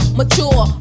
mature